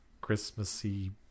Christmassy